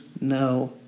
no